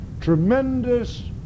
tremendous